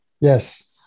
yes